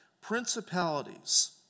Principalities